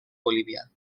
bolívia